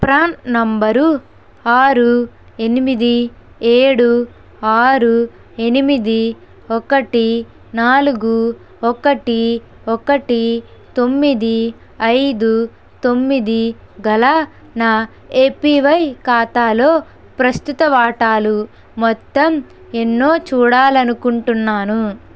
PRAN number ఆరు ఎనిమిది ఏడు ఆరు ఎనిమిది ఒకటి నాలుగు ఒకటి ఒకటి తొమ్మిది ఐదు తొమ్మిది గల నా ఏపీవై ఖాతాలో ప్రస్తుత వాటాలు మొత్తం ఎన్నో చూడాలనుకుంటున్నాను